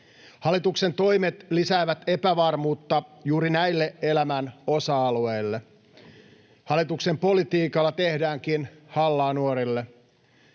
Hallituksen toimet lisäävät epävarmuutta juuri näille elämän osa-alueille. Hallituksen politiikalla tehdäänkin hallaa nuorille.